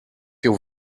you